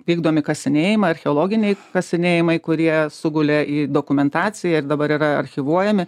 vykdomi kasinėjimai archeologiniai kasinėjimai kurie sugulė į dokumentaciją ir dabar yra archyvuojami